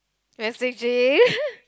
messaging